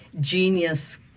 genius